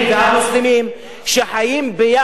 שחיים ביחד בשלווה ובשלום,